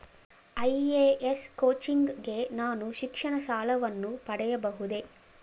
IAS coaching ಗೆ ನಾನು ಶಿಕ್ಷಣ ಸಾಲವನ್ನು ಪಡೆಯಬಹುದೇ?